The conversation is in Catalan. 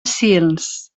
sils